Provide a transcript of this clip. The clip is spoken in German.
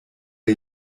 der